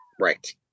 right